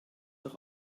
doch